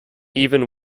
even